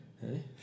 hey